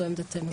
זו עמדתנו.